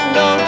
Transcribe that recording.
no